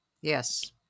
Yes